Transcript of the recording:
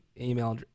email